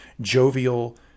jovial